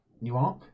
Newark